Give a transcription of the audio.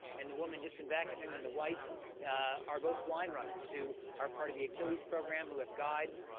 and the woman just in back of him in the white are both blind runners who are part of the achilles program who have guides,